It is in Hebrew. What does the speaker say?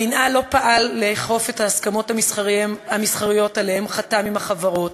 המינהל לא פעל לאכוף את ההסכמות המסחריות שעליהן חתם עם החברות,